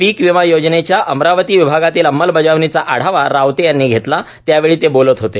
पीक विमा योजनेच्या अमरावती विभागातील अंमलबजावणीचा आढावा रावते यांनी घेतलाए त्यावेळी ते बोलत होते